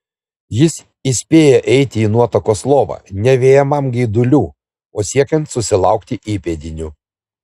jis įspėja eiti į nuotakos lovą ne vejamam geidulių o siekiant susilaukti įpėdinių